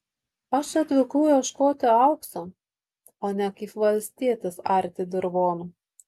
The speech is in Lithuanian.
aš atvykau ieškoti aukso o ne kaip valstietis arti dirvonų